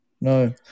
No